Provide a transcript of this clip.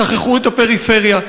שכחו את הפריפריה.